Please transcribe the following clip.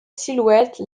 silhouette